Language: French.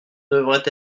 devrait